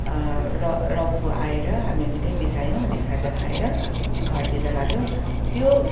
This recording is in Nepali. र रम्फू आएर हामी निकै बिसायौँ अनि खाजा खाएर घरतिर लाग्यौँ त्यो